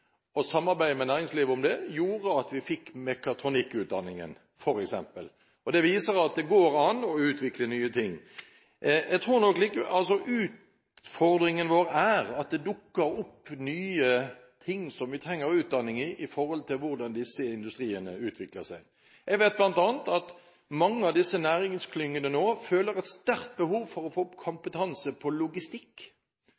og samarbeidet med næringslivet om det, gjorde at vi fikk mekatronikkutdanningen, f.eks. Det viser at det går an å utvikle nye ting. Utfordringen vår er at det dukker opp nye ting som vi trenger utdanning i etter som hvordan disse industriene utvikler seg. Jeg vet bl.a. at mange av næringsklyngende nå føler et sterkt behov for å få